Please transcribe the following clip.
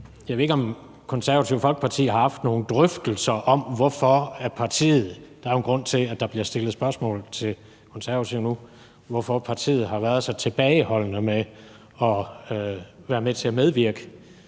jeg ved ikke, om Det Konservative Folkeparti har haft nogle drøftelser om, hvorfor partiet – der er jo en grund til, at der bliver stillet spørgsmål til Konservative nu – har været så tilbageholdende med at være med til at lave